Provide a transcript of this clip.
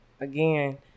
again